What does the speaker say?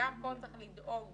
גם פה צריך לדאוג